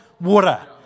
water